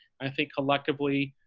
i think collectively,